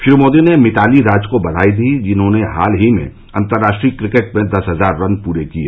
श्री मोदी ने मिताली राज को बधाई दी जिन्होंने हाल ही में अंतर्राष्ट्रीय क्रिकेट में दस हजार रन पूरे किए